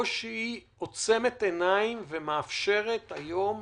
או שהיא עוצמת עיניים ומאפשרת היום